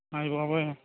అయ్య బాబోయ్